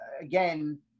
again